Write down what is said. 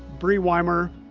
bri weimar,